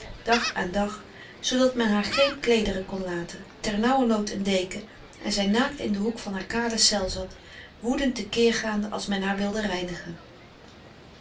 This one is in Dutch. dag aan dag zoodat men haar geen kleederen kon laten ter nauwernood een deken en zij naakt in den hoek van haar kale cel zat woedend te keer gaande als men haar wilde reinigen